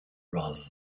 rather